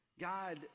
God